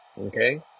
Okay